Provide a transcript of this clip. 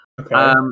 Okay